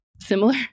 similar